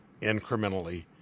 Incrementally